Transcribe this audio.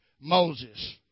Moses